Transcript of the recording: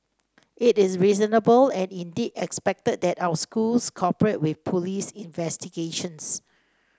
it is reasonable and indeed expected that our schools cooperate with police investigations